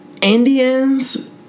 indians